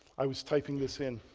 i was typing this in.